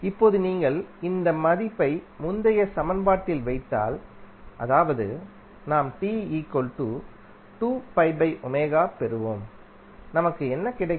இப்போது நீங்கள் இந்த மதிப்பை முந்தைய சமன்பாட்டில் வைத்தால் அதாவது நாம் பெறுவோம் நமக்கு என்ன கிடைக்கும்